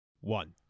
One